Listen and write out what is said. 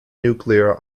nuclear